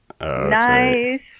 Nice